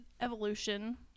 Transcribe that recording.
evolution